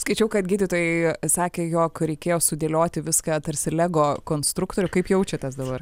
skaičiau kad gydytojai sakė jog reikėjo sudėlioti viską tarsi lego konstruktorių kaip jaučiatės dabar